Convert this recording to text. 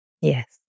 Yes